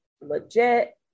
legit